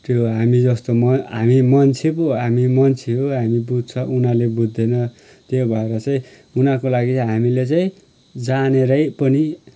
त्यो हामी जस्तो म हामी मान्छे पो हामी मान्छे हो हामी बुज्छ उनीहरूले बुझ्दैन त्यो भएर चाहिँ उनीहरूको लागि हामीले चाहिँ जानेरै पनि